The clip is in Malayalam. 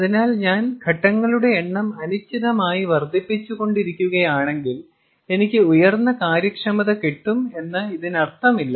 അതിനാൽ ഞാൻ ഘട്ടങ്ങളുടെ എണ്ണം അനിശ്ചിതമായി വർധിപ്പിച്ചുകൊണ്ടിരിക്കുകയാണെങ്കിൽ എനിക്ക് ഉയർന്ന കാര്യക്ഷമത കിട്ടും എന്ന് ഇതിനർത്ഥമില്ല